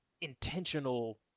intentional